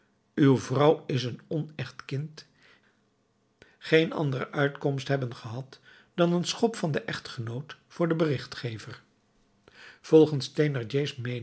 uw vrouw is een onecht kind geen andere uitkomst hebben gehad dan een schop van den echtgenoot voor den berichtgever volgens thénardiers